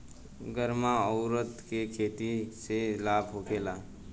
गर्मा उरद के खेती से लाभ होखे ला?